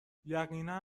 یقینا